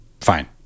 fine